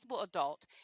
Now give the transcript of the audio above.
adult